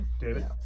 David